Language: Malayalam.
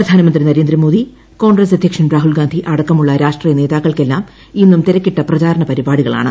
പ്രധാനമന്ത്രി നരേന്ദ്രമോദി കോൺഗ്രസ് അധ്യക്ഷൻ രാഹുൽ ഗാന്ധി അടക്കമുള്ള രാഷ്ട്രീയനേതാക്കൾക്കെല്ലാം ഇന്നും തിരക്കിട്ട പ്രചാരണപരിപാടികളാണ്